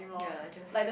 yea lah just